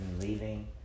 leaving